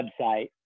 website